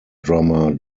drummer